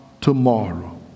tomorrow